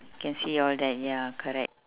can see all that ya correct